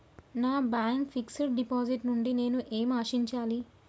నా bank fixed deposit నుండి నేను ఏమి ఆశించాలి?